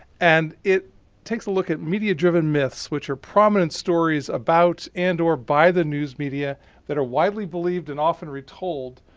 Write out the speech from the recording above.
and it takes a look at media driven myths which are prominent stories about and or by the news media that are widely believed and often retold,